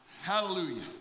hallelujah